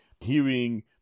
hearing